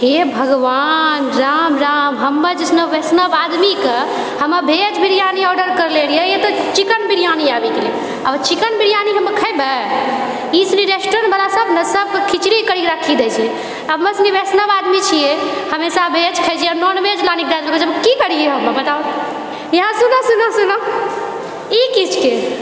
हे भगवान राम राम हमर जइसनो वैष्णव आदमीके हम भेज बिरियानी ऑर्डर करले रहियै ई तऽ चिकन बिरियानी आबि गेलै आब चिकन बिरियानी हमे खेबै ई सब रेस्टुरेंट बला सब नऽ सबके खिचड़ी करीके राखि दए छै हमे सुनि वैष्णव आदमी छिऐ हमेशा भेज खाए छिऐ नॉन भेज लाबी कऽ दए देलकै की करिऐ हम बताउ यहाँ सुनऽ सुनऽ सुनऽ ई की छिकै